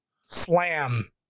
slam